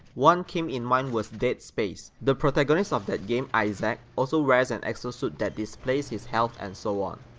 one came in mind was dead space. the protagonist of that game isaac, also wears an exo-suit that displays his health and so on.